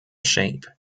shape